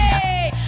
Hey